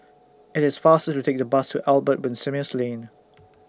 IT IS faster to Take The Bus to Albert Winsemius Lane